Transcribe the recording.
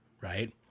right